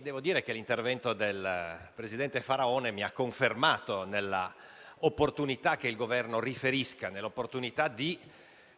Devo dire che l'intervento del presidente Faraone mi ha confermato l'opportunità che il Governo riferisca e